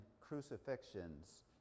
crucifixions